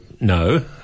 no